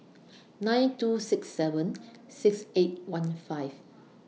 nine two six seven six eight one five